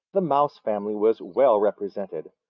the mouse family was well represented,